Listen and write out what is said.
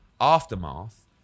aftermath